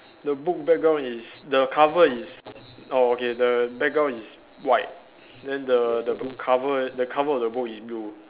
the book background is the cover is oh okay the background is white then the the bl~ cover the cover of the book is blue